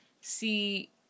see